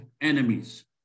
enemies